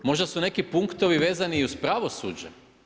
Možda su neki punktovi vezani i uz pravosuđe.